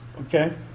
Okay